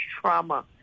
trauma